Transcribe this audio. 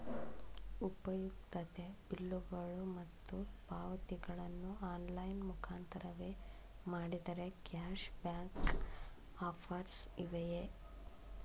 ಉಪಯುಕ್ತತೆ ಬಿಲ್ಲುಗಳು ಮತ್ತು ಪಾವತಿಗಳನ್ನು ಆನ್ಲೈನ್ ಮುಖಾಂತರವೇ ಮಾಡಿದರೆ ಕ್ಯಾಶ್ ಬ್ಯಾಕ್ ಆಫರ್ಸ್ ಇವೆಯೇ?